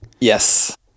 Yes